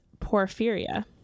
porphyria